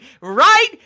Right